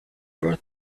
bert